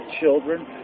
children